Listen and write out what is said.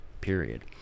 period